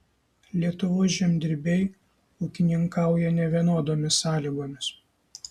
lietuvos žemdirbiai ūkininkauja nevienodomis sąlygomis